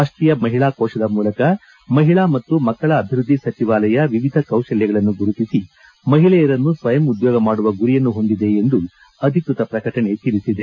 ರಾಷ್ಟೀಯ ಮಹಿಳಾ ಕೋಶದ ಮೂಲಕ ಮಹಿಳಾ ಮತ್ತು ಮಕ್ಕಳ ಅಭಿವೃದ್ಧಿ ಸಚಿವಾಲಯ ವಿವಿಧ ಕೌಶಲ್ಯಗಳನ್ನು ಗುರುತಿಸಿ ಮಹಿಳೆಯರನ್ನು ಸ್ವಯಂ ಉದ್ಕೋಗ ಮಾಡುವ ಗುರಿಯನ್ನು ಹೊಂದಿದೆ ಎಂದು ಅಧಿಕೃತ ಪ್ರಕಟಣೆ ತಿಳಿಸಿದೆ